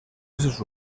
éssers